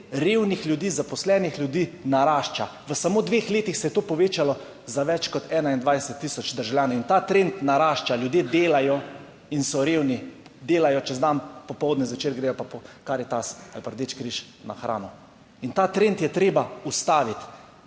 revnih ljudi, zaposlenih ljudi narašča. V samo dveh letih se je to povečalo za več kot 21000 državljanov in ta trend narašča, ljudje delajo in so revni, delajo čez dan, popoldne, zvečer gredo pa po Karitas ali pa Rdeči križ na hrano. In ta trend je treba ustaviti.